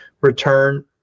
return